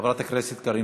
חברת הכנסת קארין